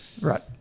Right